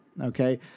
Okay